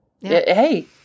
Hey